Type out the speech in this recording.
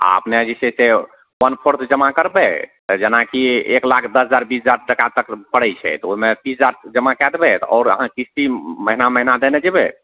आओर अपने जे छै से वन फोर्थ जमा करबय जेनाकि एक लाख दस हजार बीस हजार टाका तक पड़य छै तऽ ओइमे तीस हजार जमा कए देबय तऽ आओर अहाँ किस्ती महीना महीना देने जेबय